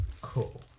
Cool